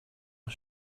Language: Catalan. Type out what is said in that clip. del